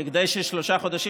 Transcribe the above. כי אם שלושה חודשים,